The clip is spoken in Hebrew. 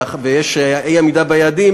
ויש אי-עמידה ביעדים,